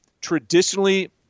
Traditionally